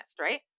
right